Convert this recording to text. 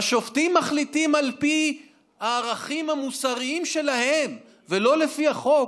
והשופטים מחליטים על פי הערכים המוסריים שלהם ולא לפי החוק,